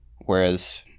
Whereas